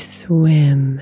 swim